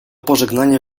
pożegnanie